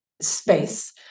space